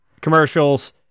commercials